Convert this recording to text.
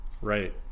Right